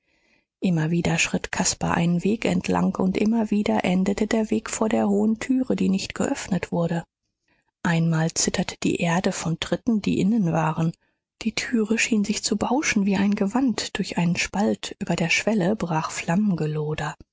immer wieder schritt caspar einen weg entlang und immer wieder endete der weg vor der hohen türe die nicht geöffnet wurde einmal zitterte die erde von tritten die innen waren die türe schien sich zu bauschen wie ein gewand durch einen spalt über der schwelle